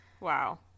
Wow